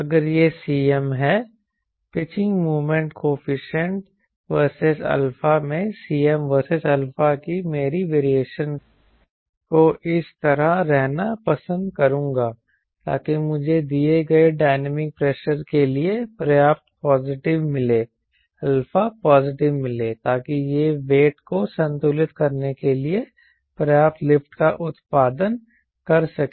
अगर यह Cm है pitching moment coefficient versus alpha मैं Cm वर्सेस α की मेरी वेरिएशन को इस तरह रहना पसंद करूंगा ताकि मुझे दिए गए डायनामिक प्रेशर के लिए पर्याप्त α पॉजिटिव मिले ताकि यह वेट को संतुलित करने के लिए पर्याप्त लिफ्ट का उत्पादन कर सके